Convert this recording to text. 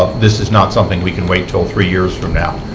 ah this is not something we can wait until three years from now.